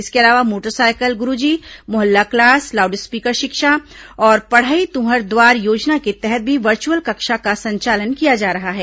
इसके अलावा motorcycle Guruji Mohalla class loud speaker शिक्षा और पढ़ई तुंहर दुआर योजना के तहत भी वर्चअल कक्षा का संचालन किया जा रहा है